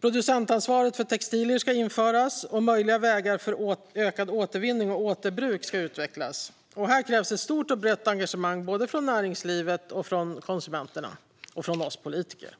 Producentansvar för textilier ska införas, och möjliga vägar för ökad återvinning och ökat återbruk ska utvecklas. Här krävs ett stort och brett engagemang både från näringslivet och konsumenterna och från oss politiker.